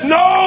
no